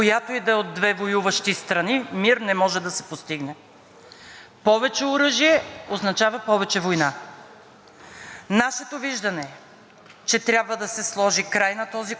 Нашето виждане е, че трябва да се сложи край на този конфликт, да се преговаря, да се спрат военните действия и да се търси мирно решение.